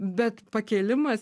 bet pakėlimas